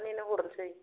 औ पनसास थाखानिनो हरनोसै